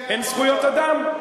אין זכויות אדם.